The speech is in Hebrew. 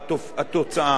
כשאנחנו מותחים